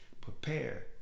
prepare